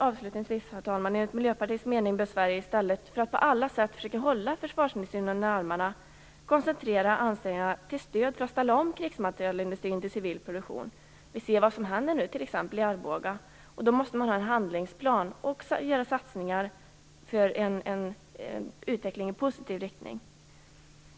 Avslutningsvis, herr talman: Enligt Miljöpartiets mening bör Sverige, i stället för att på alla sätt försöka hålla försvarsindustrin under armarna, koncentrera ansträngningarna på att stödja krigsmaterielindustrin att ställa om till civil produktion. Vi ser vad som händer nu i t.ex. Arboga. Då måste man ha en handlingsplan och göra satsningar för en utveckling i positiv riktning.